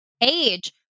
age